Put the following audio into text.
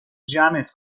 جمعت